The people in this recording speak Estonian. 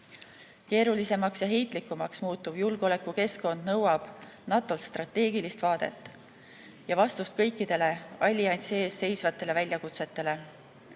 Eestisse. Keerulisemaks ja heitlikumaks muutuv julgeolekukeskkond nõuab NATO‑lt strateegilist vaadet ja vastust kõikidele alliansi ees seisvatele väljakutsetele.